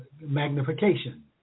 magnification